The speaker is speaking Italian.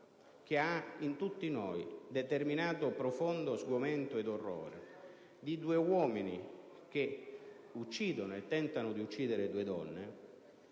che ha in tutti noi determinato profondo sgomento e orrore, di due uomini che uccidono e tentano di uccidere due donne,